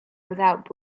without